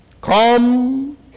come